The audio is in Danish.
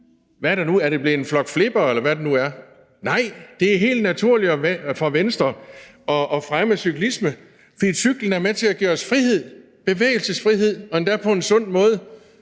Er de nu blevet en flok flippere, eller hvad? Nej, det er helt naturligt for Venstre at fremme cyklisme, for cyklen er med til at give os frihed, bevægelsesfrihed, og endda på en sund måde.